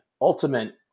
ultimate